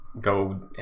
go